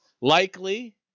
likely